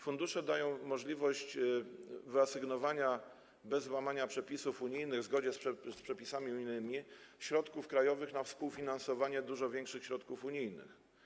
Fundusze dają możliwość wyasygnowania bez łamania przepisów unijnych, w zgodzie z przepisami unijnymi, środków krajowych na współfinansowanie pozyskiwania dużo większych środków unijnych.